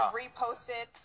reposted